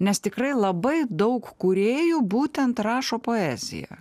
nes tikrai labai daug kūrėjų būtent rašo poeziją